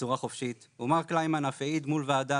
בצורה חופשית ומר קלימן אף העיד מול ועדה